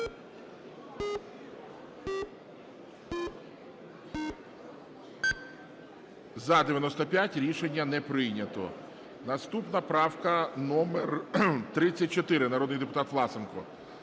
За-95 95. Рішення не прийнято. Наступна правка номер 34, народний депутат Власенко.